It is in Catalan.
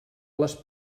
les